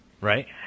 Right